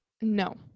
No